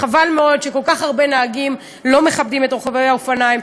וחבל מאוד שכל כך הרבה נהגים לא מכבדים את רוכבי האופניים,